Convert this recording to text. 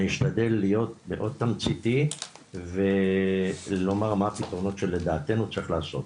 אני אשתדל להיות מאוד תמציתי ולומר מה הפתרונות שלדעתנו צריך לעשות.